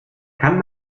kann